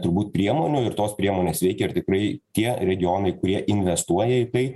turbūt priemonių ir tos priemonės veikia ir tikrai tie regionai kurie investuoja į tai